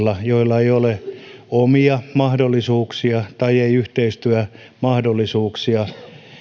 ne tuottajat joilla ei ole omia mahdollisuuksia tai ei ole yhteistyömahdollisuuksia